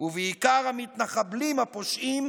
ובעיקר המתנחבלים הפושעים,